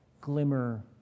glimmer